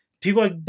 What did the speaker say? People